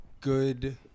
good